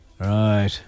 Right